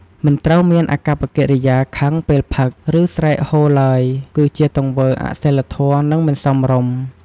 មិនត្រូវមានអាកប្បកិរិយាខឹងពេលផឹក ឬ ស្រែកហ៊ឡើយ គឺជាទង្វើអសីលធម៌ និងមិនសមរម្យ។